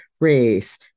race